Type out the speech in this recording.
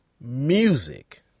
music